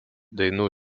dainų